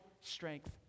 strength